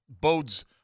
bodes